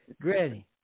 Granny